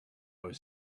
was